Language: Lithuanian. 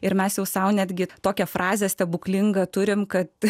ir mes jau sau netgi tokią frazę stebuklingą turime kad